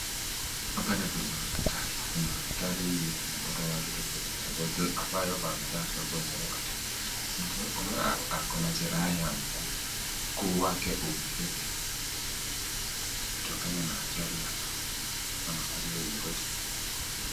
Hapa niko kwenye hospitali. Kwenye hospitali tunapata watu tofauti tofauti ambao wamelazwa kwenye ward . Mtu huyu ako na jeraha ya mguu. Mguu wake umevimba inaonyeshwa kuwa ni kutokana na ajali ya barabara ama ajali lolote lile.